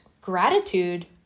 gratitude